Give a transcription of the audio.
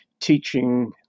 teaching